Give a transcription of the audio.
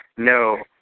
No